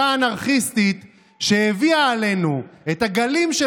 אותה אנרכיסטית שהביאה עלינו את הגלים של